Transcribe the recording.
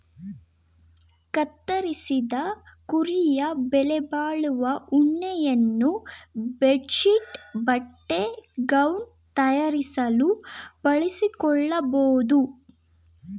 ಕತ್ತರಿಸಿದ ಕುರಿಯ ಬೆಲೆಬಾಳುವ ಉಣ್ಣೆಯನ್ನು ಬೆಡ್ ಶೀಟ್ ಬಟ್ಟೆ ಗೌನ್ ತಯಾರಿಸಲು ಬಳಸಿಕೊಳ್ಳಬೋದು